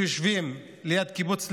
שיושבים ליד קיבוץ להב,